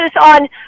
on